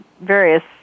various